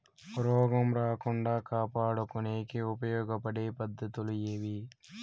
రోగం రాకుండా కాపాడుకునేకి ఉపయోగపడే పద్ధతులు ఏవి?